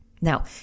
Now